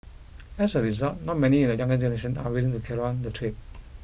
as a result not many in the younger generation are willing to carry on the trade